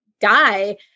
die